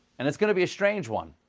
and it's going to be a strange one.